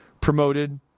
Promoted